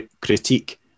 critique